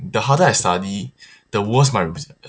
the harder I study the worse my result